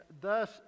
thus